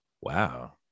Wow